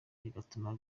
bigatuma